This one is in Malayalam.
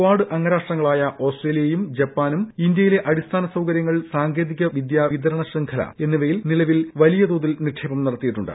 കാഡ് അംഗരാഷ്ട്രങ്ങളായ ഓസ്ട്രേലിയയും ജപ്പാനും ഇന്തൃയിലെ അടിസ്ഥാന സൌകര്യങ്ങൾ സാങ്കേതികവിദ്യ വിതരണ ശൃംഖല എന്നിവയിൽ നിലവിൽ വലിയ തോതിൽ ബ്ലിക്ഷേപം നടത്തിയിട്ടുണ്ട്